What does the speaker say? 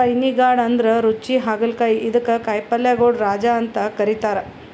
spiny gourd ಅಂದ್ರ ರುಚಿ ಹಾಗಲಕಾಯಿ ಇದಕ್ಕ್ ಕಾಯಿಪಲ್ಯಗೊಳ್ ರಾಜ ಅಂತ್ ಕರಿತಾರ್